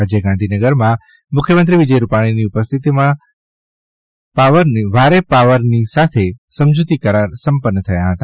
આજે ગાંધીનગરમાં મુખ્યમંત્રી વિજય રૂપાણીની ઉપસ્થિતિમાં વારે પાવરની સાથે સમજૂતી કરાર સંપન્ન થયા હતા